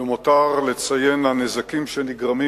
למותר לציין את הנזקים שנגרמים